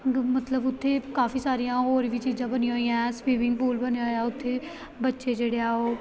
ਮਤਲਬ ਉੱਥੇ ਕਾਫੀ ਸਾਰੀਆਂ ਹੋਰ ਵੀ ਚੀਜ਼ਾਂ ਬਣੀਆਂ ਹੋਈਆਂ ਹੈ ਸਵਿਵਿੰਗ ਪੂਲ ਬਣਿਆ ਆ ਉੱਥੇ ਬੱਚੇ ਜਿਹੜੇ ਆ ਉਹ